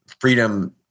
freedom